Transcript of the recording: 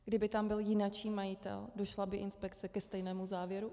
Kdyby tam byl jiný majitel, došla by inspekce ke stejnému závěru?